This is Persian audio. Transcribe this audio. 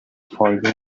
فایده